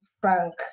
Frank